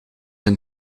een